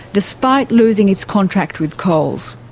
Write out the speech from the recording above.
despite losing its contract with coles.